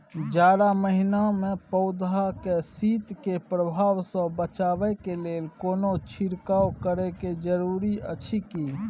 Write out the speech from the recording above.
जारा महिना मे पौधा के शीत के प्रभाव सॅ बचाबय के लेल कोनो छिरकाव करय के जरूरी अछि की?